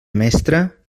mestre